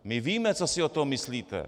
My víme, co si o tom myslíte.